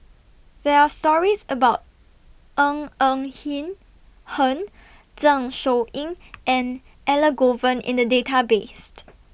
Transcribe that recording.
There Are stories about Ng Eng Hen Zeng Shouyin and Elangovan in The Database